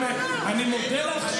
אני לא, אני אומר לך.